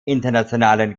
internationalen